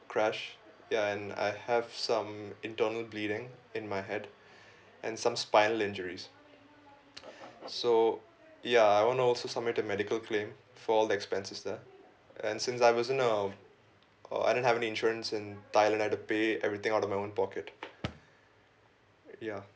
crash ya and I have some internal bleeding in my head and some spinal injuries so ya I want to also submit the medical claim for the expenses there and since I wasn't uh I don't have any insurance in thailand I had to pay it everything out of my own pocket ya